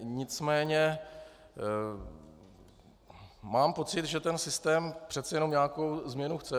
Nicméně mám pocit, že ten systém přece jenom nějakou změnu chce.